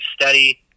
steady